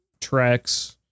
tracks